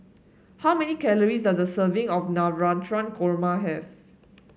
how many calories does the serving of Navratan Korma have